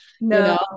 no